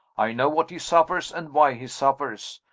i know what he suffers and why he suffers,